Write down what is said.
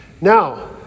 Now